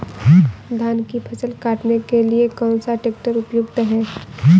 धान की फसल काटने के लिए कौन सा ट्रैक्टर उपयुक्त है?